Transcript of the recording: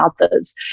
others